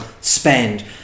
spend